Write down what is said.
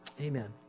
Amen